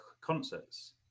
concerts